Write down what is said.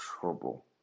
trouble